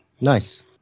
Nice